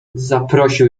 zaprosił